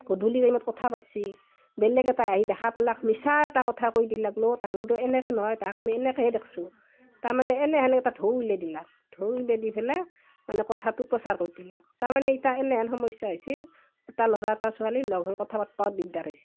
গধূলি টাইমত কথা পাতছি বেলেগ এটাই আহি দেখা পালাক মিছা এটা কথা কৈ দিলাক বোলো তাহুন দুয়ো এনেকে নহয় তাহাক আমি এনেকেহে দেখছোঁ তাৰমানে এনেহেন এটা ঢৌ উইলে দিলাক ঢৌ উইলে দি ফেলে মানে কথাটো প্ৰচাৰ কৰি দিলাক তাৰমানে ইতা এনেহেন সমস্যা হৈছে এটা ল'ৰা এটা ছোৱালী লগ হৈ কথা পাতবাও দিগদাৰ হৈছে